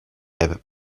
have